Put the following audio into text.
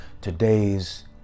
today's